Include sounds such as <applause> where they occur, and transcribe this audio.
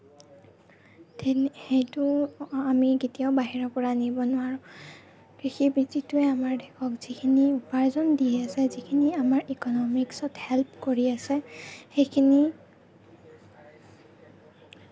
<unintelligible> সেইটো আমি কেতিয়াও বাহিৰৰ পৰা আনিব নোৱাৰো কৃষি বৃত্তিটোৱে আমাৰ দেশক যিখিনি উপাৰ্জন দি আছে যিখিনি আমাৰ ইকনমিক্সত হেল্প কৰি আছে সেইখিনি